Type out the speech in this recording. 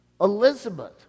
Elizabeth